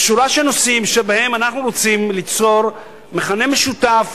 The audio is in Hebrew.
יש שורה של נושאים שבהם אנחנו רוצים ליצור מכנה משותף